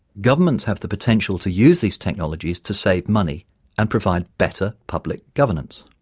governments have the potential to use these technologies to save money and provide better public governance.